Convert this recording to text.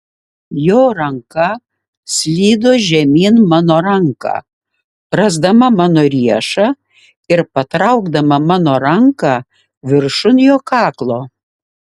jo ranka slydo žemyn mano ranką rasdama mano riešą ir patraukdama mano ranką viršun jo kaklo